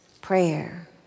prayer